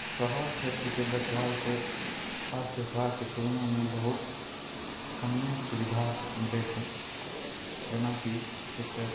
शहर क्षेत्रके देखभालके स्वास्थ्य देखभालके तुलनामे बहुत कम्मे सुविधा मिलै छै जेनाकि एतए